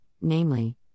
namely